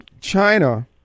China